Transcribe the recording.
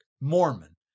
Mormon